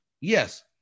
Yes